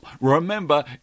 remember